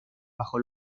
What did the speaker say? bajo